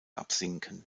absinken